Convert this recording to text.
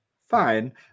fine